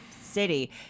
city